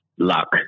luck